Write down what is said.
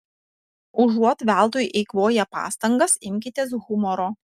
užuot veltui eikvoję pastangas imkitės humoro